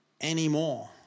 anymore